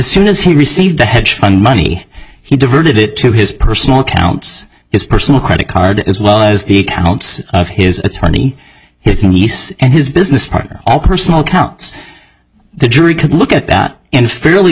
soon as he received the hedge fund money he diverted it to his personal accounts his personal credit card as well as the accounts of his attorney his and he and his business partner personal accounts the jury could look at that and fairly